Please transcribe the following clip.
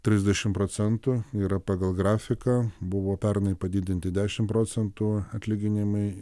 trisdešimt procentų yra pagal grafiką buvo pernai padidinti dešimt procentų atlyginimai